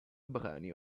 brani